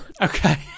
okay